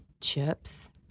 chips